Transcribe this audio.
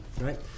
right